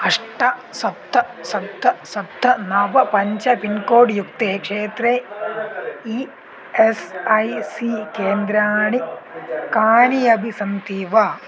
अष्ट सप्त सप्त सप्त नव पञ्च पिन्कोड् युक्ते क्षेत्रे ई एस् ऐ सी केन्द्राणि कानि अपि सन्ति वा